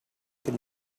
can